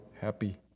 happy